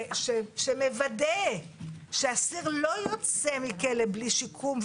שמוודא שאסיר לא יוצא מכלא בלי שיקום,